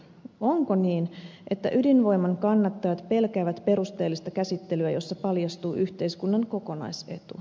onko niin että ydinvoiman kannattajat pelkäävät perusteellista käsittelyä jossa paljastuu yhteiskunnan kokonaisetu